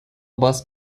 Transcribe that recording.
باس